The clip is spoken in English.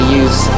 use